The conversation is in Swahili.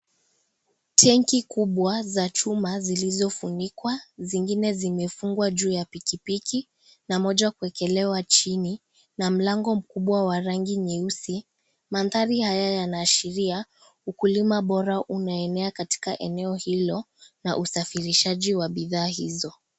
Tanki kubwa za chuma zilizofunikwa zingine zimefungwa juu ya pikipiki na moja kuwekelewa chini na mlango mkubwa wa rangi nyeusi. Mandhari haya yanaashiria ukulima bora unaenea katika eneo hilo na usafirishaji wa bidhaa hizo.